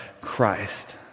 Christ